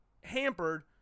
hampered